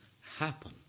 happen